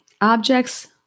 Objects